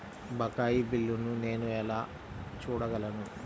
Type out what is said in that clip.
బకాయి బిల్లును నేను ఎలా చూడగలను?